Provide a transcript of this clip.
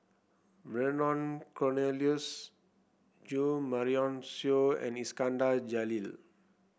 Vernon Cornelius Jo Marion Seow and Iskandar Jalil